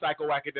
Psychoacademic